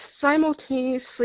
simultaneously